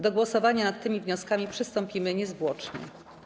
Do głosowania nad tymi wnioskami przystąpimy niezwłocznie.